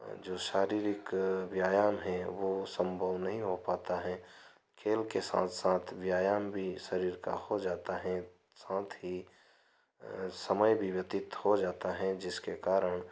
जो शारीरिक व्यायाम है वो संभव नहीं हो पाता है खेल के साथ साथ व्यायाम भी शरीर का हो जाता है साथ ही समय भी व्यतीत हो जाता है जिसके कारण